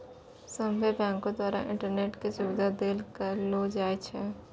सभ्भे बैंको द्वारा इंटरनेट के सुविधा देल करलो जाय छै